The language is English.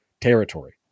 territory